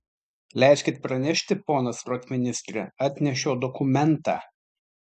leiskit pranešti ponas rotmistre atnešiau dokumentą